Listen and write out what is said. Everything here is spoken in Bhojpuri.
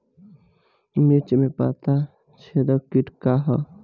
मिर्च में पता छेदक किट का है?